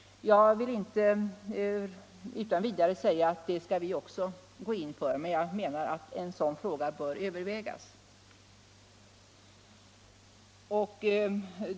Jag vill inte utan vidare säga att vi också skall gå in för detta, men frågan bör övervägas.